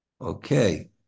okay